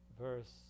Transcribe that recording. verse